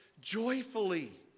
joyfully